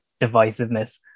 divisiveness